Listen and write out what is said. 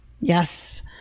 Yes